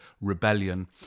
rebellion